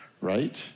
right